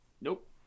Nope